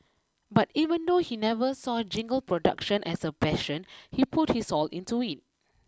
but even though he never saw jingle production as a passion he put his all into it